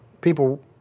people